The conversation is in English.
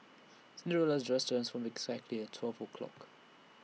Cinderella's dress transformed exactly at twelve o'clock